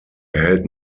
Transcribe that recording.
erhält